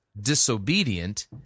disobedient